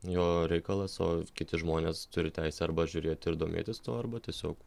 jo reikalas o kiti žmonės turi teisę arba žiūrėti ir domėtis tuo arba tiesiog